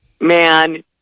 man